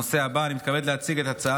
הנושא הבא: אני מתכבד להציג את הצעת